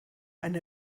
eine